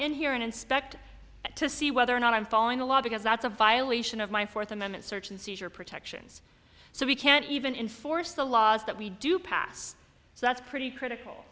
in here and inspect it to see whether or not i'm following the law because that's a violation of my fourth amendment search and seizure protections so we can't even in force the laws that we do pass so that's pretty critical